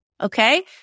Okay